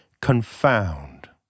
confound